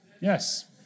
Yes